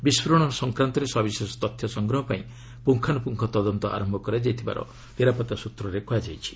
ବିସ୍ଫୋରଣ ସଂକ୍ରାନ୍ତରେ ସବିଶେଷ ତଥ୍ୟ ସଂଗ୍ରହ ପାଇଁ ପୁଙ୍ଗାନୁପୁଙ୍ଗ ତଦନ୍ତ ଆରମ୍ଭ କରାଯାଇଥିବାର ନିରାପତ୍ତା ସ୍ୱତ୍ରରୁ କୁହାଯାଇଛି